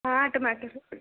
हाँ हाँ टमाटर